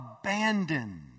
abandoned